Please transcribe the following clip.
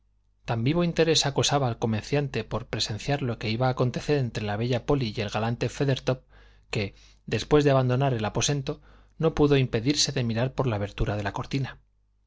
tan vivo interés acosaba al comerciante por presenciar lo que iba a acontecer entre la bella polly y el galante feathertop que después de abandonar el aposento no pudo impedirse de mirar por la abertura de la cortina